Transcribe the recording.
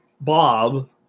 Bob